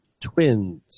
twins